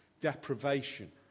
deprivation